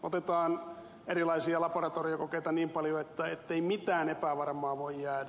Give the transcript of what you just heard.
otetaan erilaisia laboratoriokokeita niin paljon ettei mitään epävarmaa voi jäädä